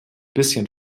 bisschen